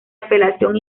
apelación